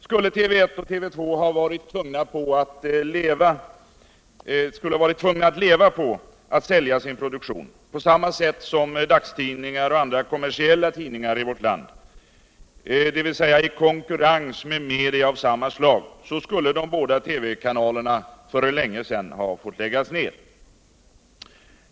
Skulle TV 1 och TV 2 ha varit tvungna att leva på att sälja sin produktion på summa sätt som dagstidningar och andra kommersiella tidningar I vån land, dvs. i konkurrens med media av samma slag, skulle de båda TV kanalerna för länge sedan ha fått läggas ned.